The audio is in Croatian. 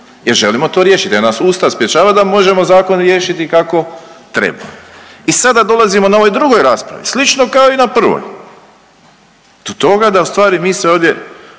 jer želimo to riješiti jer nas Ustav sprječava da možemo zakon riješiti kako treba. I sada dolazimo na ovoj drugoj raspravi slično kao i na prvoj, do toga da ustvari mi se ovdje,